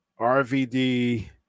RVD